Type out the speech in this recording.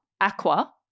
Aqua